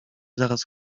zaraz